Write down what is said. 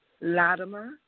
Latimer